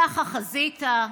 ככה חזית?